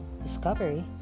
discovery